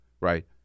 Right